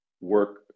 work